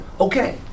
Okay